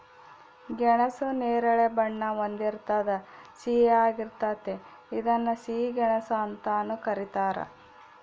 ಗೆಣಸು ನೇರಳೆ ಬಣ್ಣ ಹೊಂದಿರ್ತದ ಸಿಹಿಯಾಗಿರ್ತತೆ ಇದನ್ನ ಸಿಹಿ ಗೆಣಸು ಅಂತಾನೂ ಕರೀತಾರ